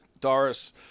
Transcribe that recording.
Doris